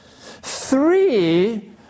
Three